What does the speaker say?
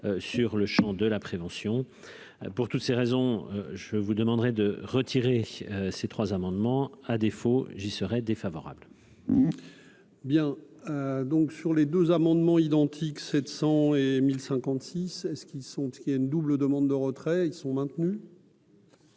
sur le Champ de la prévention pour toutes ces raisons, je vous demanderai de retirer ces trois amendements, à défaut, j'y serai défavorable. Bien, donc sur les deux amendements identiques 700 et 1000 56 ceux qui sont, il y a une double demande de retrait, ils sont maintenus.